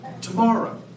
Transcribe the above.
tomorrow